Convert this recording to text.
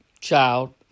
child